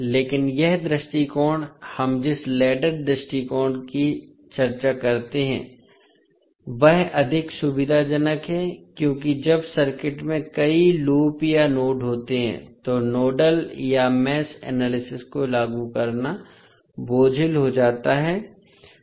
लेकिन यह दृष्टिकोण हम जिस लैडर दृष्टिकोण पर चर्चा करते हैं वह अधिक सुविधाजनक है क्योंकि जब सर्किट में कई लूप या नोड होते हैं तो नोडल या मेष एनालिसिस को लागू करना बोझिल हो जाता है